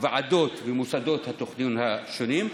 ועדות ומוסדות התכנון השונים.